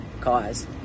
cause